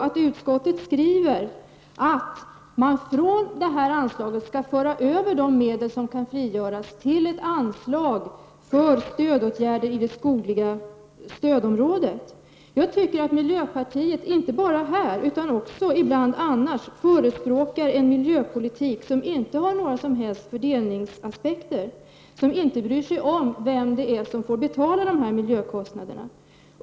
Men utskottet skriver att man från detta anslag skall föra över de medel som kan frigöras till ett anslag för stödåtgärder i det skogliga stödområdet. Jag anser att miljöpartiet inte bara här utan också annars förespråkar en miljöpolitik som inte har några som helst fördelningspolitiska aspekter och att man inte bryr sig om vem som får betala miljökostnaderna.